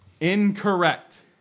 Incorrect